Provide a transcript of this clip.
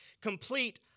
complete